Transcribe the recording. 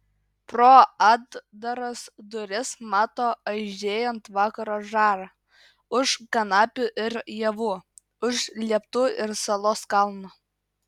pro atdaras duris mato aižėjant vakaro žarą už kanapių ir javų už lieptų ir salos kalno